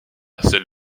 celle